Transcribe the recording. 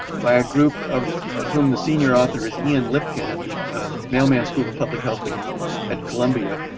by a group of of who the senior author is ian lipkin at the mailman school of public health and at colombia,